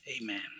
Amen